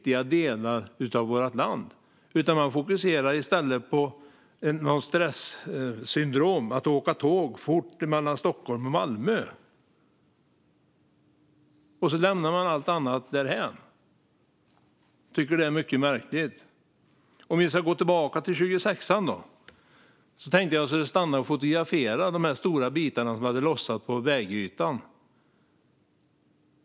I stället fokuserar man på snabba tåg mellan Stockholm och Malmö - och lämnar allt annat därhän. Det är mycket märkligt. Tillbaka till riksväg 26. Jag tänkte att jag skulle stanna och fotografera de stora bitar som hade lossnat från vägytan.